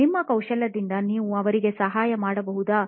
ನಿಮ್ಮ ಕೌಶಲ್ಯದಿಂದ ನೀವು ಅವರಿಗೆ ಸಹಾಯ ಮಾಡಬಹುದಾ